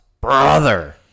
brother